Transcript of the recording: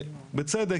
שבצדק,